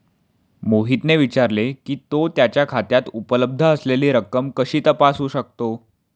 मोहितने विचारले की, तो त्याच्या खात्यात उपलब्ध असलेली रक्कम कशी तपासू शकतो?